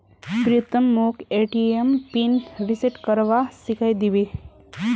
प्रीतम मोक ATM pin reset करवा सिखइ दी बे